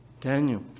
Daniel